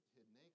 Hidden